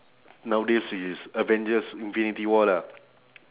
nowadays is avengers infinity war lah